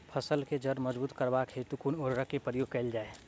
फसल केँ जड़ मजबूत करबाक हेतु कुन उर्वरक केँ प्रयोग कैल जाय?